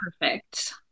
perfect